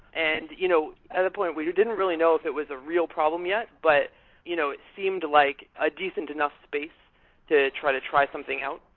and you know at a point, you didn't really know if it was a real problem yet, but you know it seemed like a decent enough space to try to try something else.